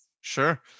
Sure